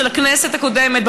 של הכנסת הקודמת,